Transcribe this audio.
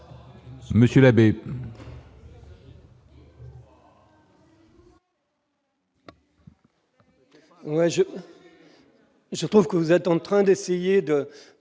Monsieur Labbé,